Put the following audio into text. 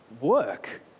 work